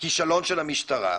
כישלון של המשטרה?